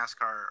NASCAR